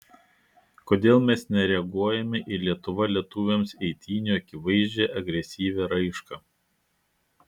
kodėl mes nereaguojame į lietuva lietuviams eitynių akivaizdžią agresyvią raišką